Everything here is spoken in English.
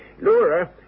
Laura